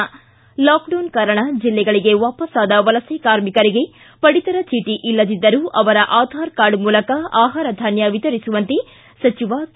ಿ ಲಾಕ್ಡೌನ್ ಕಾರಣ ಜಿಲ್ಲೆಗಳಿಗೆ ವಾಪಸ್ನಾದ ವಲಸೆ ಕಾರ್ಮಿಕರಿಗೆ ಪಡಿತರ ಚೀಟಿ ಇಲ್ಲದಿದ್ದರೂ ಅವರ ಆಧಾರ್ ಕಾರ್ಡ್ ಮೂಲಕ ಆಹಾರ ಧಾನ್ಯ ವಿತರಿಸುವಂತೆ ಸಚಿವ ಕೆ